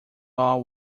law